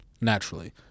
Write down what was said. naturally